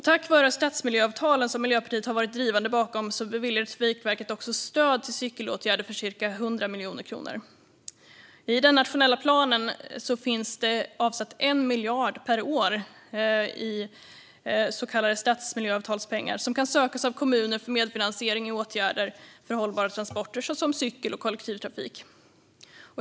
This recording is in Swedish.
Tack vare stadsmiljöavtalen som Miljöpartiet varit drivande bakom beviljade Trafikverket också stöd till cykelåtgärder för ca 100 miljoner kronor. I den nationella planen finns det avsatt 1 miljard per år i så kallade stadsmiljöavtalspengar som kan sökas av kommuner för medfinansiering av åtgärder för hållbara transporter, såsom cykel och kollektivtrafik.